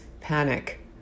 panic